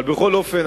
אבל בכל אופן,